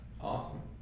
Awesome